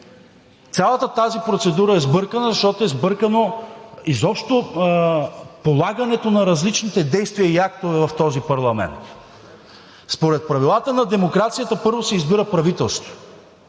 цялата тази процедура е сбъркана, защото е сбъркано изобщо полагането на различните действия и актове в този парламент. Според правилата на демокрацията първо се избира правителство.